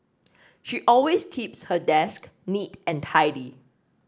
she always keeps her desk neat and tidy